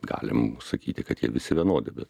galim sakyti kad jie visi vienodi bet